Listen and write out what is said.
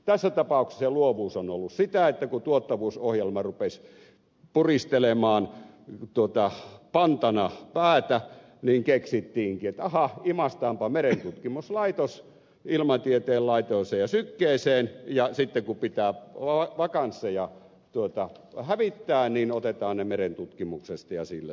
tässä tapauksessa luovuus on ollut sitä että kun tuottavuusohjelma rupesi puristelemaan pantana päätä keksittiinkin että ahaa imaistaanpa merentutkimuslaitos ilmatieteen laitokseen ja sykeen ja sitten kun pitää vakansseja hävittää otetaan ne merentutkimuksesta ja sillä siisti